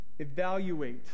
evaluate